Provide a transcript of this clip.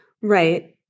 Right